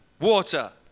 water